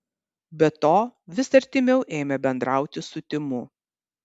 be to vis artimiau ėmė bendrauti su timu